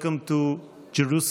Welcome to Jerusalem,